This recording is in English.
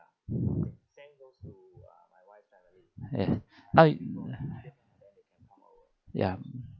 yes I ya